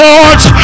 Lord's